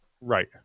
Right